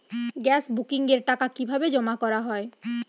Gas বুকিংয়ের টাকা কিভাবে জমা করা হয়?